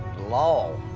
law,